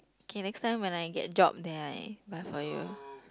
okay next time when I get job then I buy for you